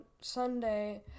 Sunday